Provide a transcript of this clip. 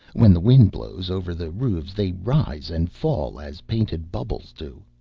when the wind blows over the roofs they rise and fall as painted bubbles do.